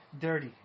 dirty